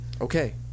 Okay